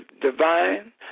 divine